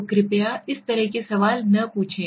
तो कृपया इस तरह के सवाल न पूछें